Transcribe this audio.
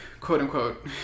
quote-unquote